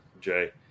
Jay